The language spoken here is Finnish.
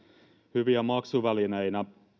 hyviä maksuvälineinä